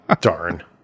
Darn